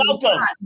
welcome